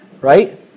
right